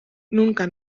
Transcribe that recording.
nunca